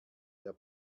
der